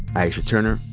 aisha turner,